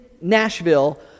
Nashville